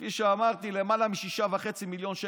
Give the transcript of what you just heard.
כפי שאמרתי, למעלה מ-6.5 מיליון שקל.